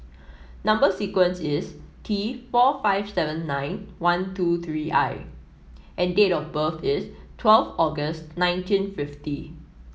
number sequence is T four five seven nine one two three I and date of birth is twelve August nineteen fifty